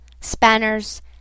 spanners